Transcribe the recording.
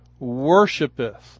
worshipeth